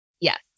Yes